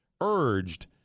urged